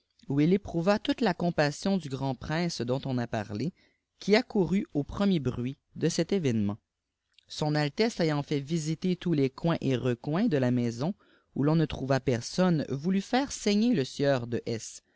où il éprouva toute la compassion du grand prince dont on a parlé j qui accourut aux pre miers bruits de cet événement son altesse ayant fait visiter tous ici coins et recoins de la maison où ton ne trouva personne voulut faire saigner le sieur de